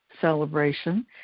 celebration